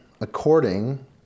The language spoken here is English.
according